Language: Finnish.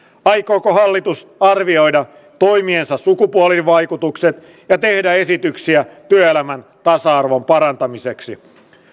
aikooko hallitus arvioida toimiensa sukupuolivaikutukset ja tehdä esityksiä työelämän tasa arvon parantamiseksi